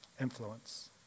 Influence